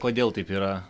kodėl taip yra